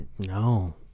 No